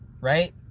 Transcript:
Right